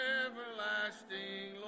everlasting